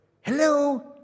hello